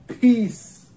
Peace